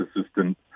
assistant